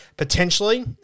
Potentially